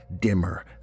dimmer